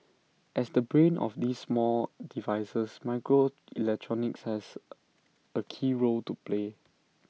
as the brain of these small devices microelectronics has A key role to play